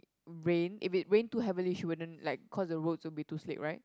rain if it rain too heavily she wouldn't like cause the roads will be too sleek right